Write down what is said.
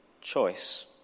choice